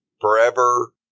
forever